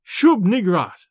Shub-Nigrat